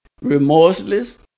remorseless